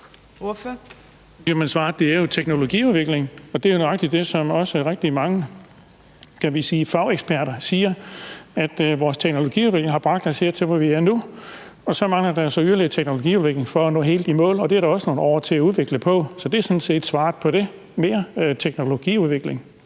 Svaret er jo teknologiudvikling. Det er jo også nøjagtig det, som rigtig mange, kan vi sige, fageksperter siger. Vores teknologiudvikling har bragt os hertil, hvor vi er nu, og så mangler der så yderligere teknologiudvikling for at nå helt i mål, og det er der også nogle år til at udvikle på. Så det er sådan set svaret på det: mere teknologiudvikling.